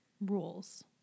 rules